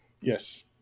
Yes